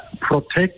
protect